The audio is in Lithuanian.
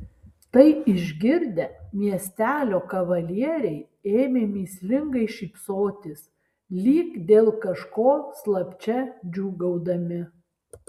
tai išgirdę miestelio kavalieriai ėmė mįslingai šypsotis lyg dėl kažko slapčia džiūgaudami